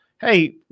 hey